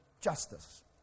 justice